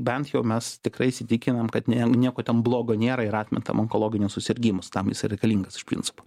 bent jau mes tikrai įsitikinam kad ne nieko ten blogo nėra ir atmetam onkologinius susirgimus tam jis ir reikalingas iš principo